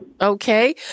Okay